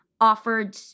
offered